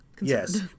yes